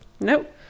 Nope